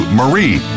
marie